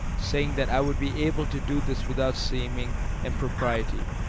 saying that i would be able to do this without seeming impropriety,